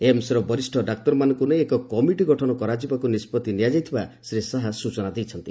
ଏମ୍ସର ବରିଷ୍ଣ ଡାକ୍ତରମାନଙ୍କୁ ନେଇ ଏକ କମିଟି ଗଠନ କରାଯିବାକୁ ନିଷ୍ପଭି ନିଆଯାଇଥିବା ଶ୍ରୀ ଶାହା ସ୍ୱଚନା ଦେଇଛନ୍ତି